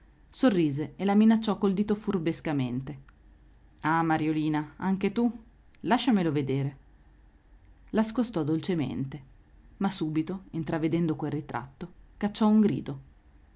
sorrise e la minacciò col dito furbescamente ah mariolina anche tu lasciamelo vedere la scostò dolcemente ma subito intravedendo quel ritratto cacciò un grido